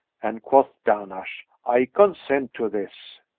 and quoth dahnash, i consent to this.